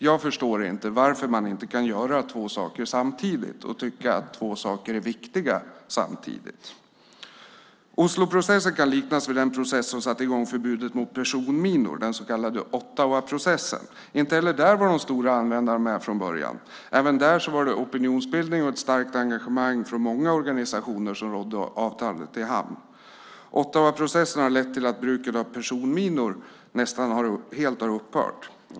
Jag förstår dock inte varför man inte kan göra två saker samtidigt och tycka att båda är viktiga. Osloprocessen kan liknas vid den process som satte i gång förbudet mot personminor, den så kallade Ottawaprocessen. Inte heller där var de stora användarna med från början. Även där var det opinionsbildning och ett starkt engagemang från många organisationer som gjorde att avtalet kunde ros i hamn. Ottawaprocessen har lett till att bruket av personminor nästan helt har upphört.